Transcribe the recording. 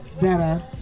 better